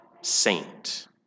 saint